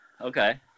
Okay